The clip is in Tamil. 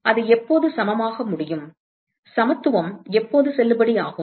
எனவே அது எப்போது சமமாக முடியும் சமத்துவம் எப்போது செல்லுபடியாகும்